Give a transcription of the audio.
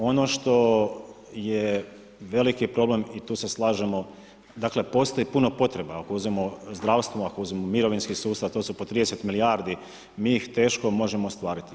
Ono što je, veliki je problem i tu se slažemo, dakle postoji puna potreba ako uzmemo zdravstvo, ako uzmemo mirovinski sustav, to su po 30 milijardi, mi ih teško možemo ostvariti.